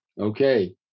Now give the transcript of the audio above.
Okay